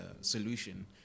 solution –